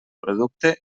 producte